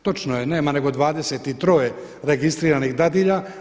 Točno je, nema nego 23 registriranih dadilja.